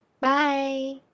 bye